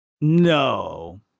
No